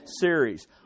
series